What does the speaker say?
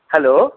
hello